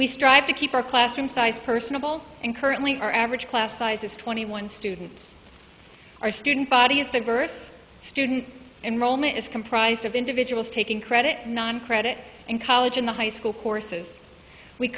we strive to keep our classroom size personable and currently our average class size is twenty one students our student body is diverse student enrollment is comprised of individuals taking credit nine credit and college in the high school courses we